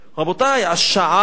רבותי, השעה